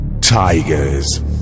Tigers